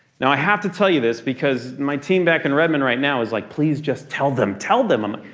now i have to tell you this because my team back in redmond right now is like please just tell them. tell them.